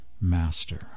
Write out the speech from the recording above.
master